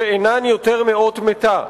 שאינן יותר מאות מתה.